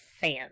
fans